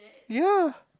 ya